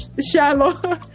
shallow